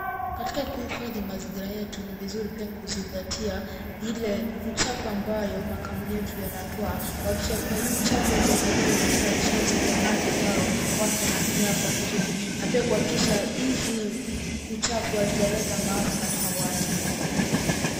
Katika kuhifashi mazingira yetu ni vizuri pia kuzingatia ile uchafu ambayo makampuni yetu yanatao kuhakikisha kuwa hii uhafu haijaelekezwa katika chanzo cha maji ambayo watu wanatumia hapa mjini na pia kuhakikisha hizi uchafu hazijaleta maafa katika watu.